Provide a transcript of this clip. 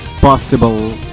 possible